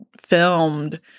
filmed